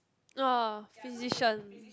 orh physicians